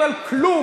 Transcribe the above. אז מה הבעיה שלך?